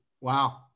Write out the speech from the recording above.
wow